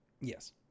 Yes